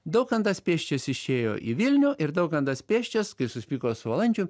daukantas pėsčias išėjo į vilnių ir daukantas pėsčias kai susipyko su valančium